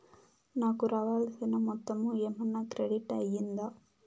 నాకు రావాల్సిన మొత్తము ఏమన్నా క్రెడిట్ అయ్యిందా